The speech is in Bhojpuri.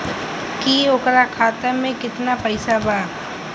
की ओकरा खाता मे कितना पैसा बा?